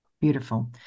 beautiful